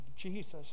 Jesus